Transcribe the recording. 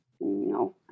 No